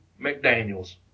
McDaniels